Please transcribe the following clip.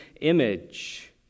image